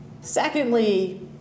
secondly